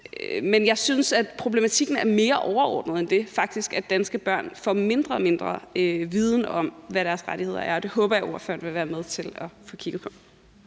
Men jeg synes, at problematikken er mere overordnet end det, og at danske børn faktisk får mindre og mindre viden om, hvad deres rettigheder er. Det håber jeg ordføreren vil være med til at få kigget på.